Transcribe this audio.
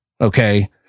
okay